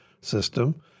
system